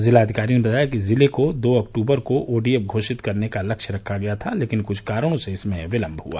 जिलाधिकारी ने बताया कि जिले को दो अक्टूबर को ओ डी एफ घोषित करने का लक्ष्य रखा गया था लेकिन कुछ कारणों से इसमें विलम्ब हुआ